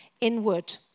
inward